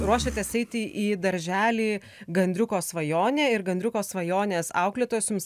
ruošiatės eiti į darželį gandriuko svajonė ir gandriuko svajonės auklėtojos jums